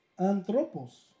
Anthropos